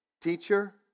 teacher